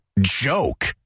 joke